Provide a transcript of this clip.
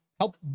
help